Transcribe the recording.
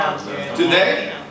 Today